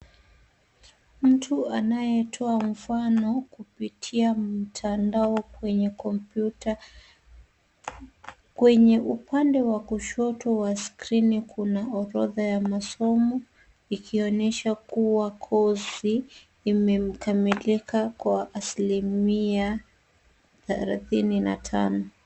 Mtu anayetoa mfano kupitia mtandao kwenye kompyuta. Kwenye upande wa kushoto wa skrini kuna orodha ya masomo ikionyesha kuwa kozi imekamilika kwa asilimia 35.